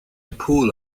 pool